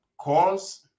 cause